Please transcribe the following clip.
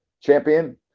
champion